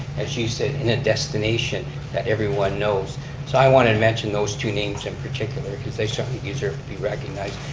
as you said, in a destination that everyone knows. so i wanted to mention those two names in particular, cause they certainly deserve to be recognized.